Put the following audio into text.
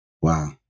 Wow